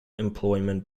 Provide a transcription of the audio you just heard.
employment